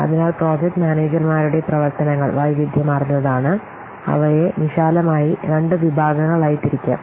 അതിനാൽ പ്രോജക്റ്റ് മാനേജർമാരുടെ പ്രവർത്തനങ്ങൾ വൈവിധ്യമാർന്നതാണ് അവയെ വിശാലമായി രണ്ട് വിഭാഗങ്ങളായി തിരിക്കാം